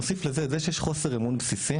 נוסיף לזה זה שיש חוסר אמון בסיסי